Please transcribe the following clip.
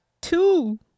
two